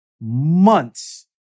months